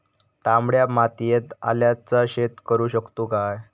तामड्या मातयेत आल्याचा शेत करु शकतू काय?